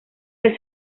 del